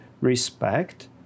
respect